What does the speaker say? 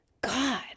God